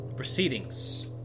proceedings